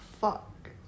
fuck